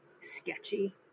sketchy